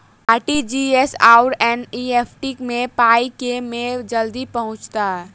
RTGS आओर NEFT मे पाई केँ मे जल्दी पहुँचत?